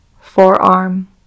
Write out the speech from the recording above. forearm